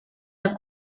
have